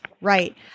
Right